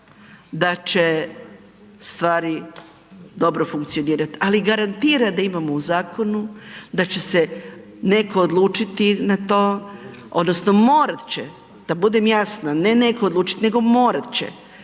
da će stvari dobro funkcionirat, ali garantira da imamo u zakonu, da će se neko odlučiti na to odnosno morat će, da budem jasna, ne neko odlučit nego morat će.